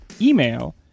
Email